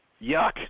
yuck